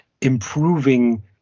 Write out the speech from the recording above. improving